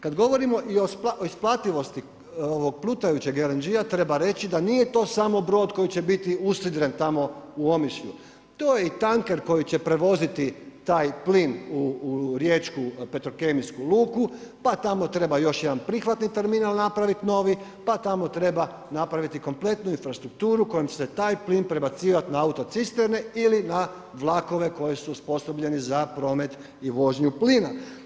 Kad govorimo i o isplativosti plutajućeg LNG-a treba reći da nije to samo brod koji će biti usidren tamo u Omišlju, to je i tanker koji će prevoziti taj plin u riječku petrokemijsku luku, pa tako treba još jedan prihvatni terminal napraviti novi, pa tamo treba napraviti kompletnu infrastrukturu kojom će se taj plin prebacivati na auto-cisterne ili na vlakovi koji su osposobljeni za promet i vožnju plina.